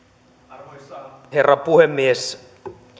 arvoisa herra puhemies